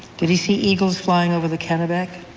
did he see eagles flying over the kennebec?